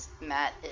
Matt